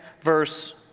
verse